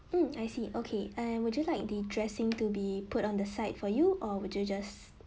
mm I see okay uh would you like the dressing to be put on the side for you or would you just